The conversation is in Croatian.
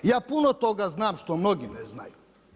Ja puno toga znam što mnogi ne znaju.